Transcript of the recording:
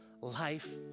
life